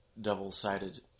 double-sided